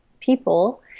people